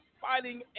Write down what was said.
fighting